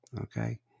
Okay